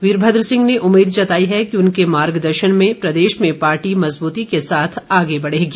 वीरभद्र सिंह ने उम्मीद जताई है कि उनके मार्गदर्शन में प्रदेश में पार्टी मजबूती के साथ आगे बढ़ेगी